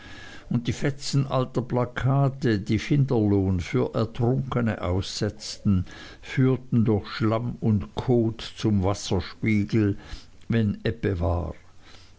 und die fetzen alter plakate die finderlohn für ertrunkene aussetzten führten durch schlamm und kot zum wasserspiegel wenn ebbe war